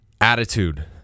attitude